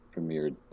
premiered